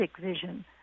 vision